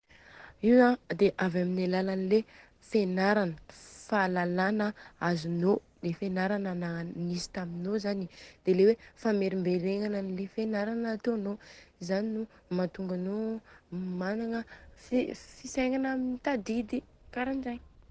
Io a dia avy amin'ny alalan'ny le fianarana, fahalalana azônô. Ilay fianarana nisy taminô zany an, dia le oa famerimberegnana anle fianarana atônô. Zany no mantonga managna fisegnana mitadidy karanzany.